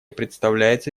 представляется